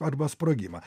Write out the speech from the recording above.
arba sprogimą